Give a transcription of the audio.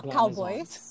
Cowboys